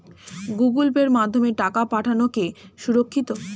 Google পের মাধ্যমে টাকা পাঠানোকে সুরক্ষিত?